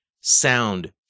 sound